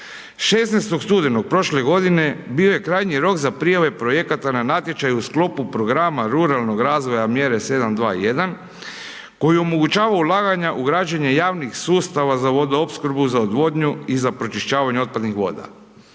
16. studenog prošle godine bio je krajnji rok za prijave projekata na natječaju u sklopu programa ruralnog razvoja mjere 721. koji omogućava ulaganja u građenje javnih sustava za vodoopskrbu, za odvodnju i za pročišćavanje otpadnih voda.